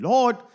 Lord